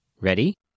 Ready